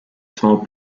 small